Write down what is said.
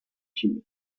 china